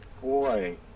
boy